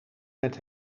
met